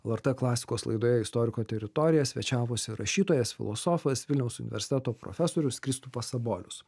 lrt klasikos laidoje istoriko teritorija svečiavosi rašytojas filosofas vilniaus universiteto profesorius kristupas sabolius